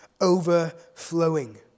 overflowing